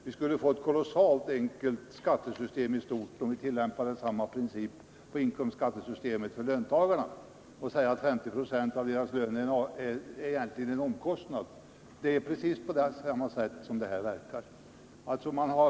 Vi skulle få ett kolossalt enkelt skattesystem i stort, om vi tillämpade samma princip för löntagarnas inkomstskatter och sade att 50 26 av deras lön egentligen är en omkostnad. Det är precis på det sättet som det här verkar.